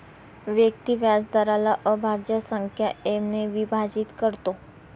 व्यक्ती व्याजदराला अभाज्य संख्या एम ने विभाजित करतो